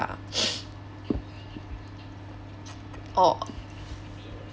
orh